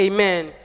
Amen